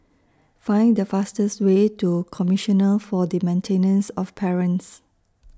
Find The fastest Way to Commissioner For The Maintenance of Parents